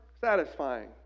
satisfying